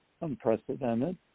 unprecedented